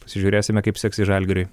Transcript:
pasižiūrėsime kaip seksis žalgiriui